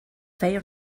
feia